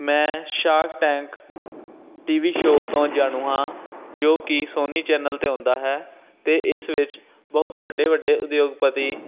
ਮੈਂ shark tank T V show ਤੋਂ ਜਾਣੂ ਹਾਂ ਜੋ ਕਿ ਸੋਨੀ ਚੈਨਲ 'ਤੇ ਆਉਂਦਾ ਹੈ ਅਤੇ ਇਸ ਵਿੱਚ ਬਹੁਤ ਵੱਡੇ ਵੱਡੇ ਉਦਯੋਗਪਤੀ